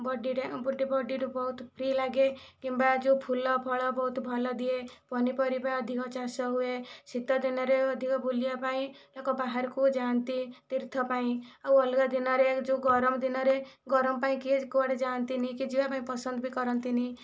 ବଡ଼ିରେ ଗୋଟିଏ ବଡ଼ିରୁ ବହୁତ ଫ୍ରି ଲାଗେ କିମ୍ବା ଯେଉଁ ଫୁଲ ଫଳ ବହୁତ ଭଲ ଦିଏ ପନିପରିବା ଅଧିକ ଚାଷ ହୁଏ ଶୀତ ଦିନରେ ଅଧିକ ବୁଲିବା ପାଇଁ ଲୋକ ବାହାରକୁ ଯାଆନ୍ତି ତୀର୍ଥ ପାଇଁ ଆଉ ଅଲଗା ଦିନରେ ଯେଉଁ ଗରମ ଦିନରେ ଗରମ ପାଇଁ କିଏ କୁଆଡ଼େ ଯାଆନ୍ତିନି କି ଯିବା ପାଇଁ ପସନ୍ଦ ବି କରନ୍ତିନି